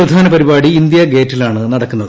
പ്രധാന പരിപാടി ഇന്ത്യാഗേറ്റിലാണ് നടക്കുന്നത്